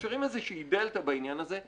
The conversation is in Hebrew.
אנחנו משאירים איזושהי דלתה בעניין הזה.